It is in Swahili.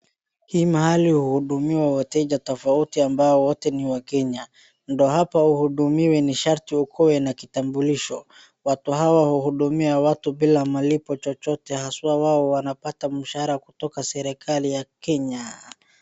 Hii mahali huhudumiwa wateja tofauti ambao wote ni wakenya. Ndio hapa uhudumiwe ni sharti ukuwe na kitambulisho. Watu hawa huhudumia watu bila malipo chochote haswa hawa wanapatamshahara kutoka serikali ya Kenya.